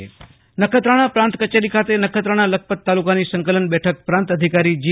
આશુતોષ અંતાણી નખત્રાણા સંકલન બેઠક નખત્રાણા પ્રાત કચેરી ખાતે નખત્રાણા લખપત તાલુકાની સંકલન બેઠક પ્રાંત અધિકારી જી